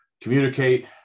communicate